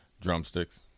drumsticks